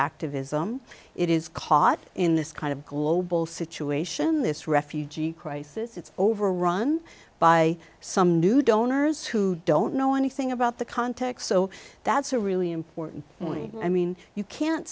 activism it is caught in this kind of global situation this refugee crisis it's overrun by some new donors who don't know anything about the context so that's a really important point i mean you can't